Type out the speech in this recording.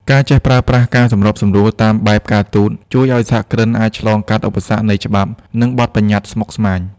ការចេះប្រើប្រាស់ "ការសម្របសម្រួលតាមបែបការទូត" ជួយឱ្យសហគ្រិនអាចឆ្លងកាត់ឧបសគ្គនៃច្បាប់ និងបទបញ្ញត្តិស្មុគស្មាញ។